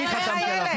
אני חתמתי עליו.